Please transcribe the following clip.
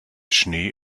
schnee